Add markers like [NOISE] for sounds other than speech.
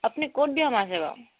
[UNINTELLIGIBLE]